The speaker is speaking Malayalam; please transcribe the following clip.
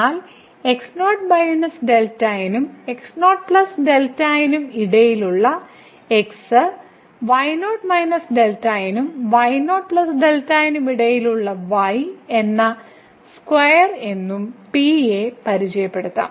എന്നാൽ x0 - δ നും x0 δ നും ഇടയിലുള്ള x y0 - δ നും y0δ നും ഇടയിലുള്ള y എന്ന സ്ക്വയർ എന്നും P യെ പരിചയപ്പെടുത്താം